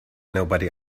nobody